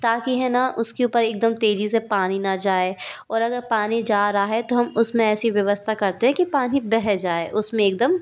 ताकि है न उसके ऊपर एकदम तेज़ी से पानी न जाए और अगर पानी जा रहा है तो हम उसमें ऐसी व्यवस्था करते हैं कि पानी बह जाए उसमें एकदम